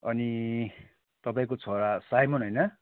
अनि तपाईँको छोरा साइमन होइन